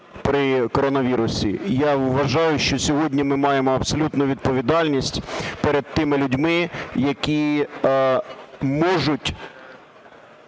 при коронавірусі. Я вважаю, що сьогодні ми маємо абсолютну відповідальність перед тими людьми, які можуть